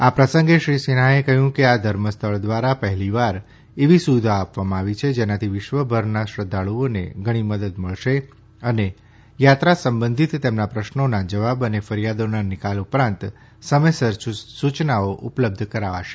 આ પ્રસંગે શ્રી સિન્હાએ કહ્યું કે આ ધર્મસ્થળ દ્વારા પહેલીવાર એવી સુવિધા આપવામાં આવી છે જેનાથી વિશ્વભરના શ્રદ્ધાળુઓને ઘણી મદદ મળશે અને યાત્રા સંબંધિત તેમના પ્રશ્નોના જવાબ અને ફરિયાદોના નિકાલ ઉપરાંત સમયસર સૂચનાઓ ઉપલબ્ધ કરાવાશે